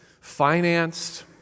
financed